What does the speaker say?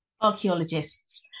Archaeologists